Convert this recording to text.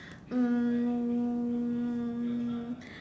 um